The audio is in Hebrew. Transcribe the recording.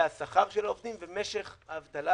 זה השכר של העובדים ומשך האבטלה.